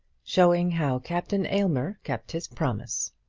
showing how captain aylmer kept his promise.